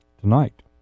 tonight